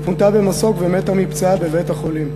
היא פונתה במסוק ומתה מפצעיה בבית-החולים.